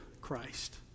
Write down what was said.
Christ